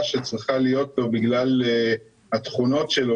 שקשורים בנקודת ההבזקה שלו,